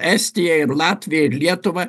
estiją ir latviją ir lietuvą